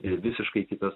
ir visiškai kitas